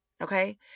okay